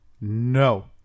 No